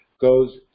goes